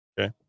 Okay